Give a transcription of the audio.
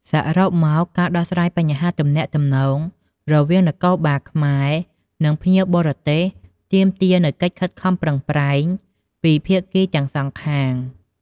សរុបមក ការដោះស្រាយបញ្ហាទំនាក់ទំនងរវាងនគរបាលខ្មែរ និងភ្ញៀវបរទេសទាមទារនូវកិច្ចខិតខំប្រឹងប្រែងពីភាគីទាំងសងខាង។